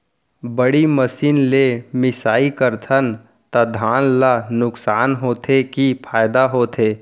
बड़ी मशीन ले मिसाई करथन त धान ल नुकसान होथे की फायदा होथे?